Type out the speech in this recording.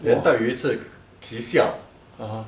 then 到有一次 kisiao